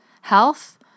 Health